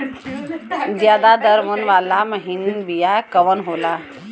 ज्यादा दर मन वाला महीन बिया कवन होला?